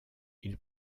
ils